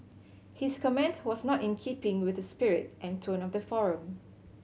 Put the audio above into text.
his comment was not in keeping with the spirit and tone of the forum